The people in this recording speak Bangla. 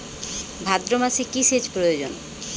ভাদ্রমাসে কি সেচ প্রয়োজন?